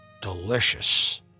Delicious